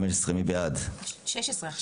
מי בעד הרוויזיה על הסתייגות מספר 36?